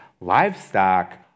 Livestock